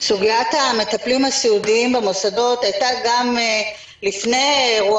סוגיית המטפלים הסיעודיים במוסדות עלתה גם לפני אירוע